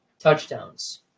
Touchdowns